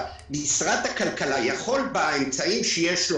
משרד הכלכלה יכול באמצעים שיש לו,